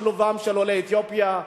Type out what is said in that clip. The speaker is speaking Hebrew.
שילובם של עולי אתיופיה,